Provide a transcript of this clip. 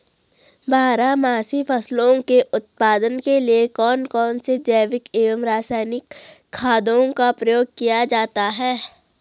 बारहमासी फसलों के उत्पादन के लिए कौन कौन से जैविक एवं रासायनिक खादों का प्रयोग किया जाता है?